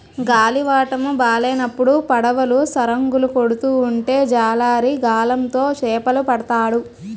గాలివాటము బాలేనప్పుడు పడవలు సరంగులు కొడుతూ ఉంటే జాలరి గాలం తో చేపలు పడతాడు